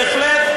בהחלט.